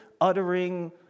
uttering